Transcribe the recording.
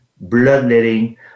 bloodletting